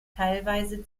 teilweise